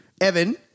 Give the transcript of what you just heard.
Evan